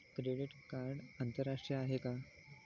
Credit card आंतरराष्ट्रीय आहे का?